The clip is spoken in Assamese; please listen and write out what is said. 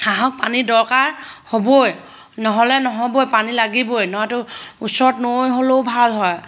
হাঁহক পানী দৰকাৰ হ'বই নহ'লে নহ'বই পানী লাগিবই নহয়তো ওচৰত নৈ হ'লেও ভাল হয়